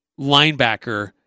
linebacker